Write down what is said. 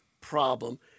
problem